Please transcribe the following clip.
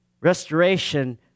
restoration